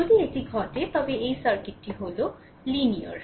যদি এটি ঘটে থাকে তবে এি সার্কিট হল লিনিয়ার